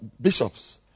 bishops